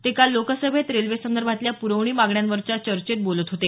ते काल लोकसभेत रेल्वेसंदर्भातल्या प्रवणी मागण्यांवरच्या चर्चेत बोलत होते